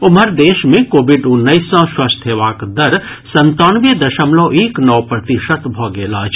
ओम्हर देश मे कोविड उन्नैस सँ स्वस्थ हेबाक दर संतानवे दशमलव एक नओ प्रतिशत भऽ गेल अछि